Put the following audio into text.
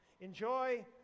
Enjoy